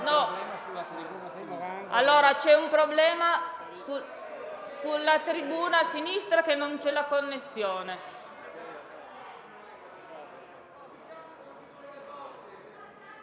C'è un problema sulla tribuna a sinistra: non c'è la connessione.